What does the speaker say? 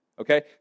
Okay